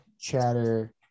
chatter